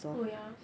oh ya